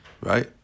right